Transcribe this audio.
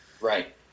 Right